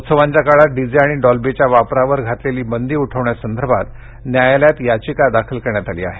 उत्सवांच्या काळात डीजे आणि डॉल्बीच्या वापरावर घातलेली बंदी उठवण्यासंदर्भात न्यायालयात याचिका दाखल करण्यात आली आहे